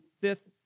fifth